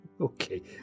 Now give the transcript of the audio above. Okay